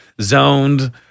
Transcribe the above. zoned